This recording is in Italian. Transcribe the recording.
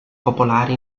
popolare